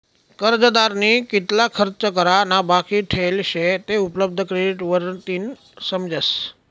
कर्जदारनी कितला खर्च करा ना बाकी ठेल शे ते उपलब्ध क्रेडिट वरतीन समजस